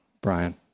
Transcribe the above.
Brian